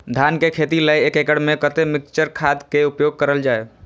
धान के खेती लय एक एकड़ में कते मिक्चर खाद के उपयोग करल जाय?